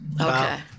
okay